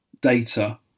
data